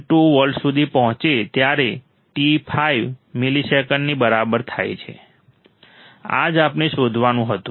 2 volt સુધી પહોંચે ત્યારે t 5 મિલીસેકન્ડની બરાબર થાય છે આ જ આપણે શોધવાનું હતું